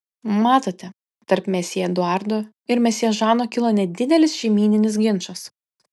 matote tarp mesjė eduardo ir mesjė žano kilo nedidelis šeimyninis ginčas